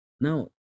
Now